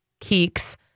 Keeks